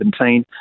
2017